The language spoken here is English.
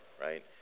right